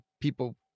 people